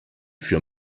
für